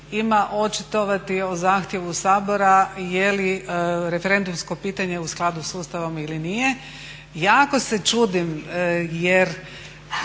ima očitovati o zahtjevu Sabora je li referendumsko pitanje u skladu sa Ustavom ili nije. Jako se čudim, jer